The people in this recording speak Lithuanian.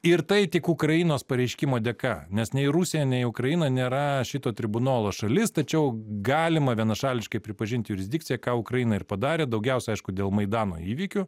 ir tai tik ukrainos pareiškimo dėka nes nei rusija nei ukraina nėra šito tribunolo šalis tačiau galima vienašališkai pripažint jurisdikciją ką ukraina ir padarė daugiausia aišku dėl maidano įvykių